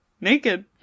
naked